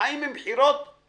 מבחירות לבחירות.